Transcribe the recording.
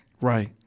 Right